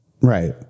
Right